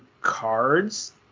cards